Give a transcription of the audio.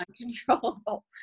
uncontrollable